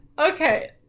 Okay